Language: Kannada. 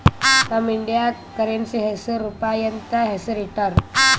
ನಮ್ ಇಂಡಿಯಾದು ಕರೆನ್ಸಿ ಹೆಸುರ್ ರೂಪಾಯಿ ಅಂತ್ ಹೆಸುರ್ ಇಟ್ಟಾರ್